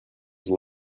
seem